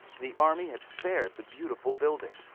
the army had spared the beautiful building.